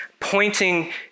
pointing